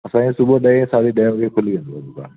साईं सुबुह जो ॾहे साढे ॾहे बजे खुली वेंदी आहे दुकानु